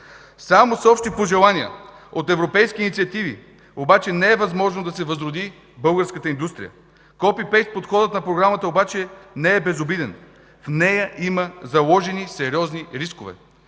Само с общи пожелания от европейски инициативи обаче не е възможно да се възроди българската индустрия. Copy Paste подходът на програмата обаче не е безобиден. В нея има заложени сериозни рискове.